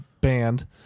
Band